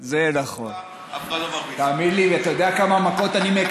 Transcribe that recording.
תמיד מרביצים לילד שבא לבית ספר.